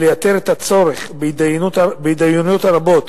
ולייתר את הצורך בהתדיינויות הרבות